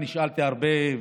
נשאלתי כאן הרבה,